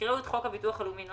יקראו את חוק הביטוח הלאומי ,